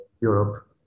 Europe